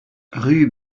rue